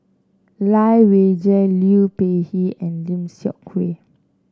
Lai Weijie Liu Peihe and Lim Seok Hui